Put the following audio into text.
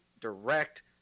direct